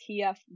tf